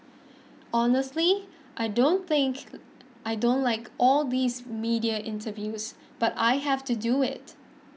honestly I don't think I don't like all these media interviews but I have to do it